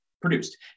produced